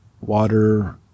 water